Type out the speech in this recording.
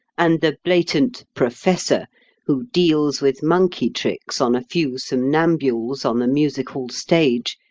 and the blatant professor who deals with monkey tricks on a few somnambules on the music-hall stage,